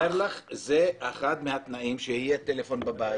אני אומר לך, זה אחד מהתנאים שיהיה טלפון בבית.